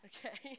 Okay